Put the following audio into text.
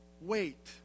Wait